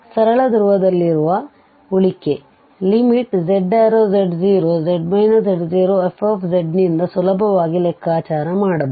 ಸರಳ ಧ್ರುವದಲ್ಲಿರುವ ಉಳಿಕೆ z→z0z z0f ನಿಂದ ಸುಲಭವಾಗಿ ಲೆಕ್ಕಾಚಾರ ಮಾಡಬಹುದು